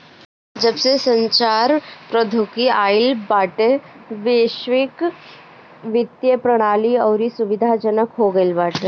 जबसे संचार प्रौद्योगिकी आईल बाटे वैश्विक वित्तीय प्रणाली अउरी सुविधाजनक हो गईल बाटे